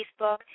facebook